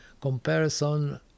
comparison